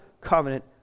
covenant